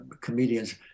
comedians